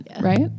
right